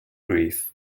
grief